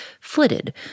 flitted